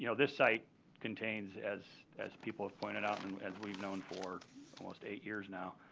you know this site contains, as as people have pointed out and as we've known for almost eight years now,